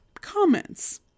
comments